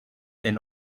and